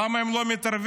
למה הם לא מתערבים?